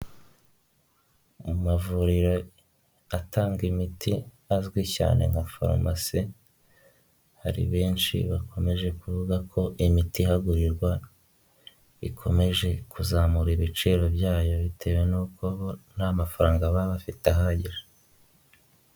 Mu mavuriro atanga imiti azwi cyane nka farumasi, hari benshi bakomeje kuvuga ko imiti ihagurirwa, ikomeje kuzamura ibiciro byayo bitewe n'uko bo nta mafaranga baba bafite ahagije.